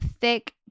thick